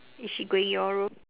is she going your room